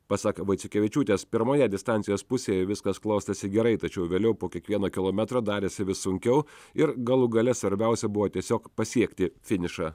pasak vaiciukevičiūtės pirmoje distancijos pusėje viskas klostėsi gerai tačiau vėliau po kiekvieno kilometro darėsi vis sunkiau ir galų gale svarbiausia buvo tiesiog pasiekti finišą